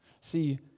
See